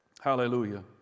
Hallelujah